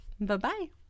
Bye-bye